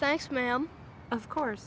thanks ma'am of course